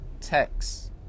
text